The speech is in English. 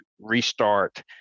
restart